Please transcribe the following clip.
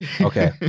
Okay